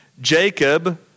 Jacob